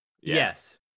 yes